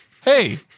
hey